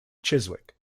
chiswick